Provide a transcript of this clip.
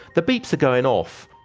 the beeps are going off,